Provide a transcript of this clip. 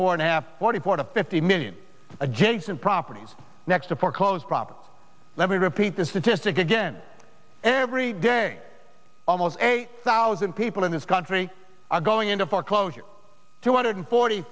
four and a half forty four to fifty million adjacent properties next to foreclosed property let me repeat the statistic again every day almost a thousand people in this country are going into foreclosure two hundred forty